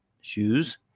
shoes